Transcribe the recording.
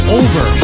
over